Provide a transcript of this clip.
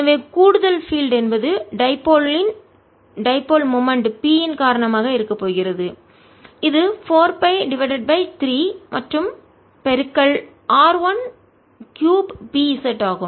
எனவே கூடுதல் பீல்ட்புலம் என்பது டைபோல் இருமுனை இன் டைபோல் இருமுனை மொமெண்ட் P இன் காரணமாக இருக்க போகிறது இது 4 pi டிவைடட் பை 3 மற்றும் பெருக்கல் R 1 3 P z ஆகும்